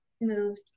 moved